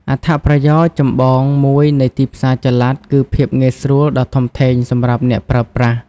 អត្ថប្រយោជន៍ចម្បងមួយនៃទីផ្សារចល័តគឺភាពងាយស្រួលដ៏ធំធេងសម្រាប់អ្នកប្រើប្រាស់។